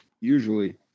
Usually